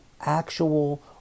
actual